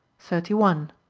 thirty one.